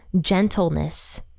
gentleness